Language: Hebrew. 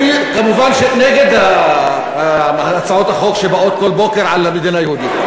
אני כמובן נגד הצעות החוק שבאות כל בוקר על המדינה היהודית.